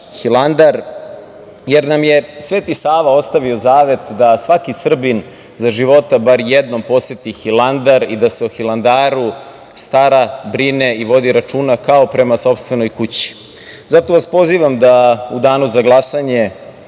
Hilandar, jer nam je Sv. Sava ostavio zavet da svaki Srbin za života bar jednom poseti Hilandar i da se o Hilandaru stara, brine i vodi računa kao prema sopstvenoj kući. Zato vas pozivam da u danu za glasanje